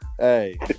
Hey